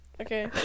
Okay